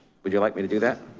would you like me to do that?